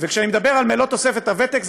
כשאני מדבר על מלוא תוספת הוותק,